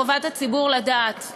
חובת הציבור לדעת,